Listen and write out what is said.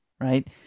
right